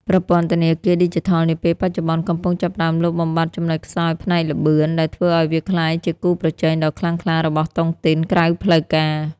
ប្រព័ន្ធធនាគារឌីជីថលនាពេលបច្ចុប្បន្ន កំពុងចាប់ផ្ដើមលុបបំបាត់ចំណុចខ្សោយផ្នែកល្បឿន ដែលធ្វើឱ្យវាក្លាយជាគូប្រជែងដ៏ខ្លាំងក្លារបស់តុងទីនក្រៅផ្លូវការ។